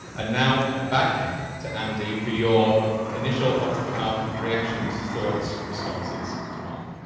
and now back to andy for your initial off-the-cuff reactions, thoughts, responses to mark.